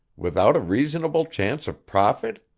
without a reasonable chance of profit